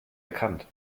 erkannt